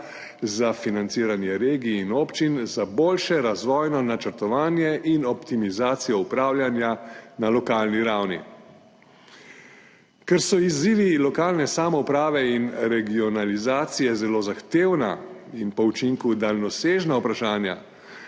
za financiranje regijin občin, za boljše razvojno načrtovanje in optimizacijo upravljanja na lokalni ravni. Ker so izzivi lokalne samouprave in regionalizacije zelo zahtevna in po učinku daljnosežna vprašanja,